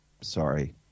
sorry